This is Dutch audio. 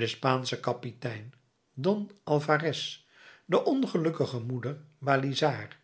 de spaansche kapitein don alvarès de ongelukkige moeder balizard